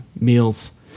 meals